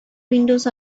windows